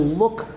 look